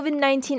COVID-19